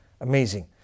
Amazing